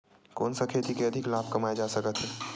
कोन सा खेती से अधिक लाभ कमाय जा सकत हे?